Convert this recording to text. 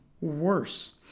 worse